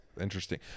Interesting